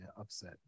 upset